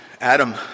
Adam